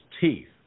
teeth